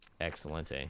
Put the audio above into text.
Excellent